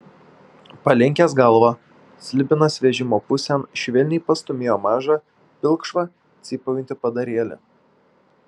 palenkęs galvą slibinas vežimo pusėn švelniai pastūmėjo mažą pilkšvą cypaujantį padarėlį